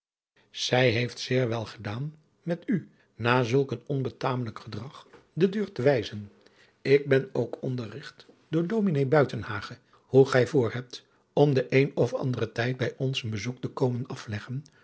zij heeft zeer wel gedaan met u na zulk een onbetamelijk gedrag de deur te wijzen ik ben ook onderrigt door ds buitenhagen hoe gij voor hebt om den een of anderen tijd bij ons een bezoek te komen afleggen